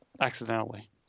Accidentally